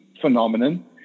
phenomenon